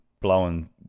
blowing